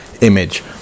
image